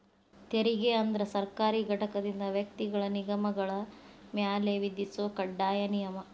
ತೆರಿಗೆ ಅಂದ್ರ ಸರ್ಕಾರಿ ಘಟಕದಿಂದ ವ್ಯಕ್ತಿಗಳ ನಿಗಮಗಳ ಮ್ಯಾಲೆ ವಿಧಿಸೊ ಕಡ್ಡಾಯ ನಿಯಮ